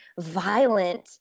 violent